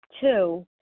two